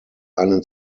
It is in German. einen